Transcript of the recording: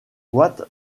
watt